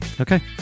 Okay